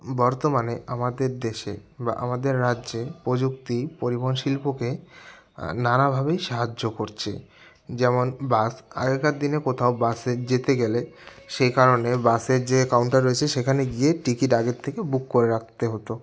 বর্তমানে আমাদের দেশে বা আমাদের রাজ্যে প্রযুক্তি পরিবহন শিল্পকে নানাভাবেই সাহায্য করছে যেমন বাস আগেকার দিনে কোথাও বাসে যেতে গেলে সেই কারণে বাসের যে কাউন্টার রয়েছে সেখানে গিয়ে টিকিট আগের থেকে বুক করে রাখতে হতো